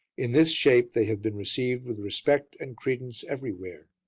in this shape they have been received with respect and credence everywhere,